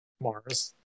Mars